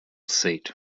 seat